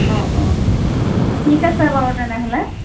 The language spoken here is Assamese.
অঁ অঁ ঠিক আছে বাৰু তেনেহ'লে